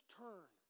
turn